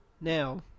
Now